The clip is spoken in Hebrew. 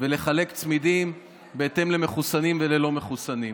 ולחלק צמידים בהתאם למחוסנים וללא מחוסנים.